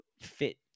fit